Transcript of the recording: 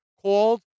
called